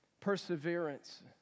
perseverance